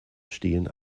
stehen